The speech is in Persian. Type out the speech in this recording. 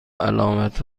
علامت